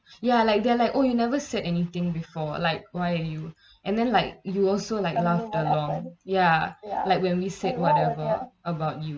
ya like they're like oh you never said anything before like why are you and then like you also like laughed along ya like when we said whatever about you